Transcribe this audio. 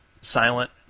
silent